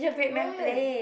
when